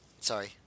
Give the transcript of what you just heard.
sorry